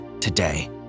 today